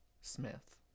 smith